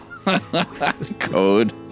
Code